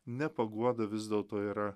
ne paguoda vis dėlto yra